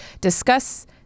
discuss